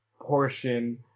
portion